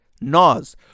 nas